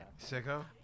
Sicko